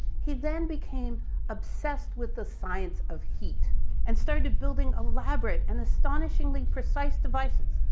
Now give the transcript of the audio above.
he then became obsessed with the science of heat and started building elaborate and astonishingly precise devices,